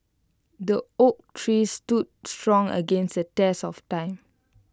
the oak tree stood strong against the test of time